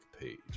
page